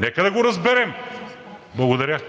Нека да го разберем. Благодаря.